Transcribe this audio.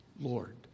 Lord